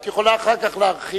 את יכולה אחר כך להרחיב.